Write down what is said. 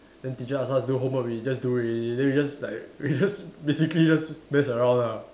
then teacher asks us do homework we just do already then we just like we just basically just mess around lah